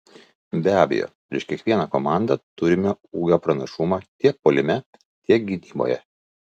be abejo prieš kiekvieną komandą turime ūgio pranašumą tiek puolime tiek gynyboje